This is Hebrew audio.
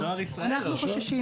אנחנו חוששים,